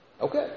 Okay